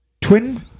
Twin